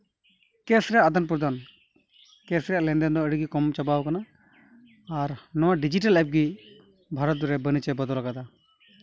case ᱨᱮᱭᱟᱜ ᱟᱫᱟᱱ ᱯᱨᱚᱫᱟᱱ ᱠᱮᱥ ᱨᱮᱭᱟᱜ ᱞᱮᱱᱫᱮᱱ ᱫᱚ ᱟᱹᱰᱤᱜᱮ ᱠᱚᱢ ᱪᱟᱵᱟᱣ ᱠᱟᱱᱟ ᱟᱨ ᱱᱚᱣᱟ ᱰᱤᱡᱤᱴᱮᱞ ᱮᱯ ᱜᱮ ᱵᱷᱟᱨᱚᱛ ᱨᱮ ᱵᱟᱹᱱᱤᱡᱮ ᱵᱚᱫᱚᱞᱟᱠᱟᱫᱟ